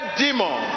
demon